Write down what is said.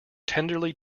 tenderly